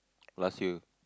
last year